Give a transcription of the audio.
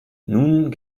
nun